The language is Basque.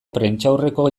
prentsaurreko